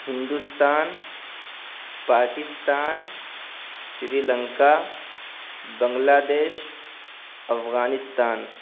Hindustan Pakistan Sri Lanka Bangladesh Afghanistan